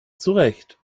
zurecht